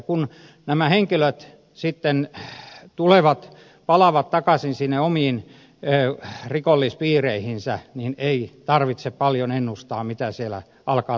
kun nämä henkilöt sitten palaavat takaisin sinne omiin rikollispiireihinsä niin ei tarvitse paljon ennustaa mitä siellä alkaa tapahtua